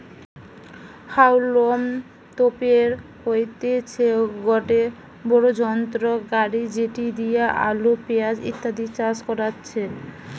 হাউলম তোপের হইতেছে গটে বড়ো যন্ত্র গাড়ি যেটি দিয়া আলু, পেঁয়াজ ইত্যাদি চাষ করাচ্ছে